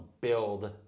build